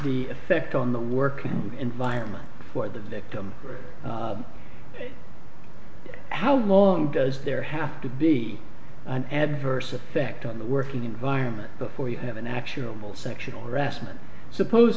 the effect on the working environment for the victim how long does there have to be an adverse effect on the working environment before you have an actual sexual harassment suppos